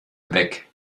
weg